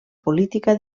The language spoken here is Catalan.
política